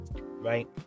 Right